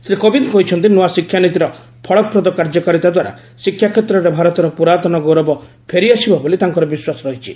ଶ୍ରୀ କୋବିନ୍ଦ କହିଛନ୍ତି ନୂଆ ଶିକ୍ଷାନୀତିର ଫଳପ୍ରଦ କାର୍ଯ୍ୟକାରିତା ଦ୍ୱାରା ଶିକ୍ଷାକ୍ଷେତ୍ରରେ ଭାରତର ପୁରାତନ ଗୌରବ ଫେରିଆସିବ ବୋଲି ତାଙ୍କର ବିଶ୍ୱାସ ରହିଛି